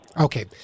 Okay